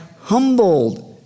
humbled